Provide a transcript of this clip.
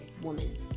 woman